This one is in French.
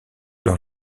leur